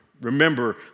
remember